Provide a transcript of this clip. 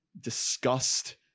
disgust